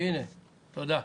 אוקיי, תודה.